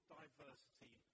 diversity